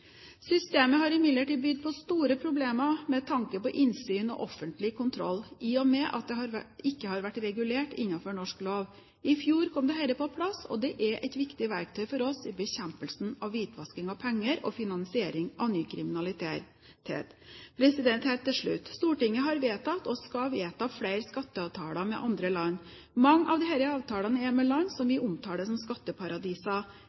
Systemet har imidlertid bydd på store problemer med tanke på innsyn og offentlig kontroll, i og med at det ikke har vært regulert innenfor norsk lov. I fjor kom dette på plass, og det er et viktig verktøy for oss i bekjempelsen av hvitvasking av penger og finansiering av ny kriminalitet. Helt til slutt: Stortinget har vedtatt og skal vedta flere skatteavtaler med andre land. Mange av disse avtalene er med land som